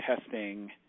testing